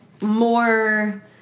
more